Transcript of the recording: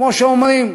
כמו שאומרים,